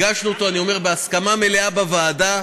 הגשנו אותו, אני אומר, בהסכמה מלאה בוועדה,